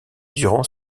durant